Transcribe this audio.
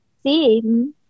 see